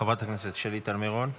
חברת הכנסת שלי טלי מירון.